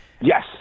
yes